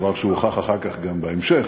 דבר שהוכח אחר כך גם בהמשך,